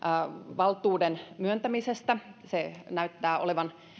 valtuuden myöntämisestä se näyttää olevan